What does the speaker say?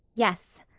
yes.